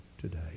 today